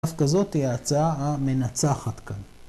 ‫דווקא זאת היא ההצעה המנצחת כאן.